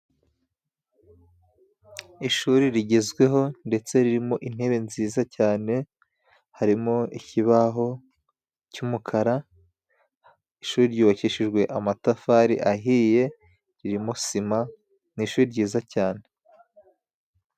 ishuri rigezweho ndetse ririmo intebe nziza cyane harimo ikibaho cy'umukara ishuri ryubakishejwe amatafari ahiye ririmo sima ni ishuri ryiza cyane